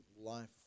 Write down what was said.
life